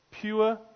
pure